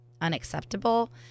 Unacceptable